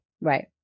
Right